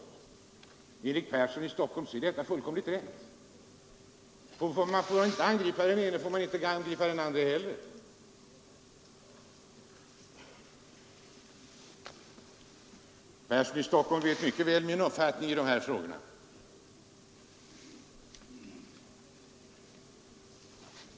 Enligt herr Persson i Stockholm är detta fullständigt rätt. Får man inte angripa den ene, får man inte heller angripa den andre. Herr Persson vet mycket väl vilken uppfattning jag har i dessa frågor.